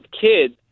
kids